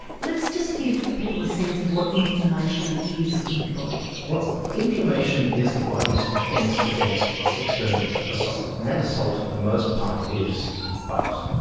let's just give people a sense of what inflammation is in the body. well inflammation is the body's defence against external assault. and that assault for the most part is bugs,